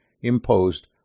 imposed